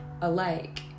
alike